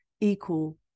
equal